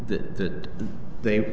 that that they